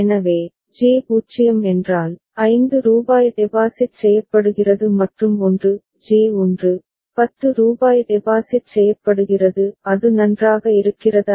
எனவே ஜே 0 என்றால் 5 ரூபாய் டெபாசிட் செய்யப்படுகிறது மற்றும் 1 ஜே 1 ரூபாய் 10 டெபாசிட் செய்யப்படுகிறது அது நன்றாக இருக்கிறதா